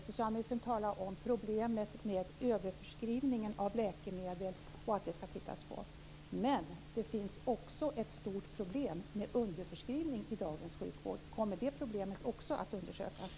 Socialministern talade om problemet med överförskrivningen av läkemedel och att det skall ses över. Men det finns också ett stort problem med underförskrivning i dagens sjukvård. Kommer det problemet också att undersökas?